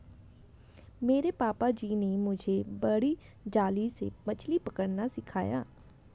मेरे पापा जी ने मुझे बड़ी जाली से मछली पकड़ना सिखाया